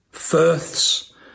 Firths